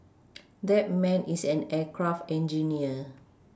that man is an aircraft engineer